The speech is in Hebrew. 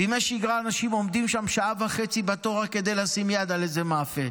בימי שגרה האנשים עומדים שם שעה וחצי בתור רק כדי לשים יד על איזה מאפה,